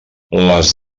les